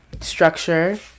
structure